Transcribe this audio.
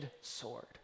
sword